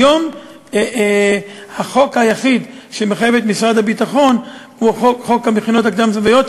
היום החוק היחיד שמחייב את משרד הביטחון הוא חוק המכינות הקדם-צבאיות,